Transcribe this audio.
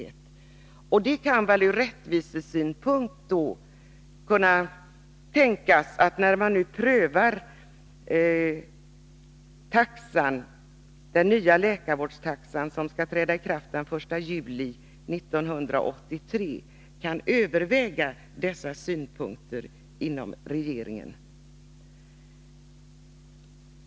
Det kan väl också tänkas att man ur rättvisesynpunkt inom regeringen, när man nu prövar den nya läkarvårdstaxan som skall träda i kraft den 1 juli 1983, överväger också dessa synpunkter.